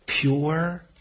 Pure